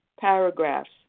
paragraphs